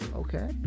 okay